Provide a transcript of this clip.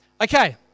Okay